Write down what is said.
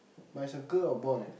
but it's a girl or boy